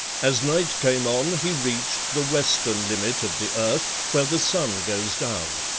as night came on, he reached the western limit of the earth, where the sun goes down.